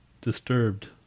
Disturbed